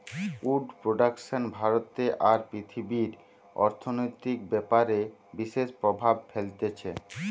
would production ভারতে আর পৃথিবীর অর্থনৈতিক ব্যাপারে বিশেষ প্রভাব ফেলতিছে